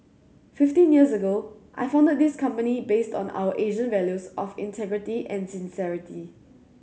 fifteen years ago I founded this company based on our Asian values of integrity and sincerity